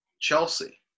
Chelsea